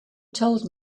told